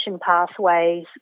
pathways